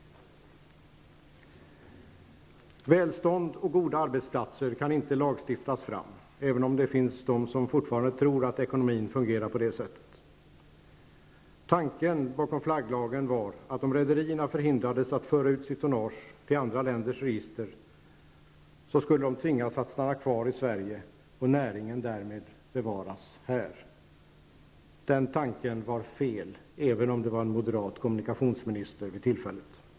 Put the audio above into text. Välstånd och goda arbetsplatser kan inte lagstiftas fram, även om det fortfarande finns de som tror att ekonomin fungerar så. Tanken bakom flagglagen var att, om rederierna förhindrades att föra ut sitt tonnage till andra länders register skulle de tvingas att stanna kvar i Sverige och näringen därmed bevaras här. Den tanken var fel, även om det var en moderat kommunikationsminister vid tillfället.